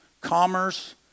commerce